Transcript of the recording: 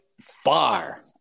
far